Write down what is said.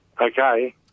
Okay